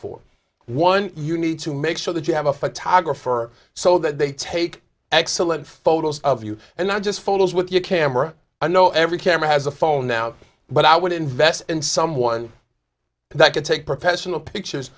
for one you need to make sure that you have a photographer so that they take excellent photos of you and not just photos with your camera i know every camera has a phone now but i would invest in someone that could take professional pictures